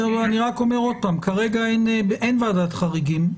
אני רק אומר שוב שכרגע אין ועדת חריגים.